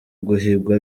guhigwa